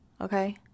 okay